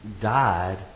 died